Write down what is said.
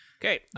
Okay